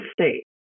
state